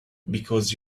because